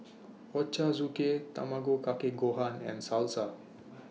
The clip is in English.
Ochazuke Tamago Kake Gohan and Salsa